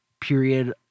period